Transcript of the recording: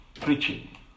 preaching